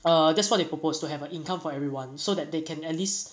uh that's what they proposed to have a income for everyone so that they can at least